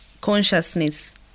consciousness